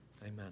amen